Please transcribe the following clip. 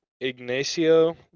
Ignacio